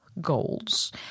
goals